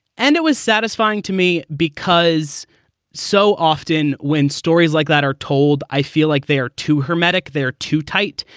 and it was satisfying to me, because so often when stories like that are told, i feel like they are too hermetic, they're too tight,